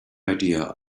idea